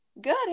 Good